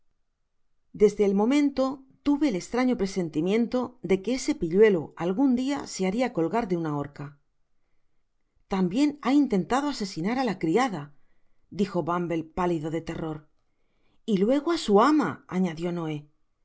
desde el momento tuve el extraño presentimiento de que ese piiluelo algun dia se haria colgar de una horca también ha intentado asesinar á la criada dijo bumble pálido de terror y luego á s u ama añadió noé